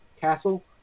Castle